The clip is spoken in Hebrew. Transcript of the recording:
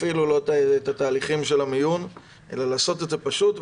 אפילו לא תהליכים של מיון, אלא לעשות את זה פשוט.